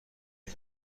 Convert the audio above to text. این